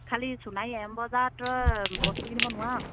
খালী সোণাৰী এম বজাৰত তই বস্তু কিনিব নোৱাৰ